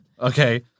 okay